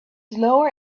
lower